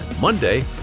Monday